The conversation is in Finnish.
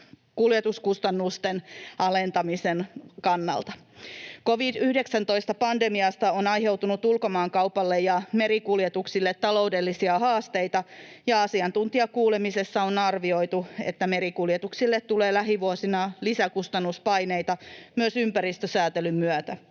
kuljetuskustannusten alentamisen kannalta. Covid-19-pandemiasta on aiheutunut ulkomaankaupalle ja merikuljetuksille taloudellisia haasteita, ja asiantuntijakuulemisessa on arvioitu, että merikuljetuksille tulee lähivuosina lisäkustannuspaineita myös ympäristösäätelyn myötä.